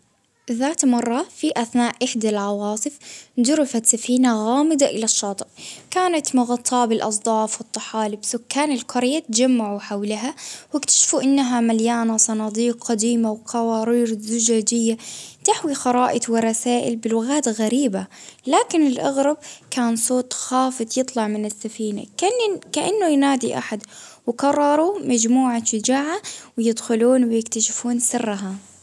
ذات مرة في أثناء إحدى العواطف جرفت سفينة غامضة إلى الشاطئ، كانت مغطاة بالأصداف، والطحالب، سكان القرية تجمعوا حولها، وأكتشفوا إنها مليانة صناديق قديمة، وقوارير زجاجية، تحوي خرائط ورسائل بلغات غريبة، لكن الأغرب كان صوت خافت يطلع من السفينة، كإنه ينادي أحد وقرروا يتجمعوا تجاهه ويدخلون ويكتشفون سرها.